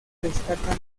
destacan